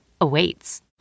awaits